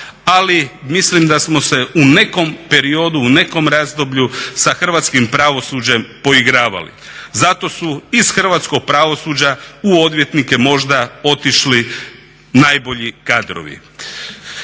ali mislim da smo se u nekom periodu, u nekom razdoblju sa hrvatskim pravosuđem poigravali. Zato su iz hrvatskog pravosuđa u odvjetnike možda otišli najbolji kadrovi.